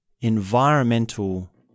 environmental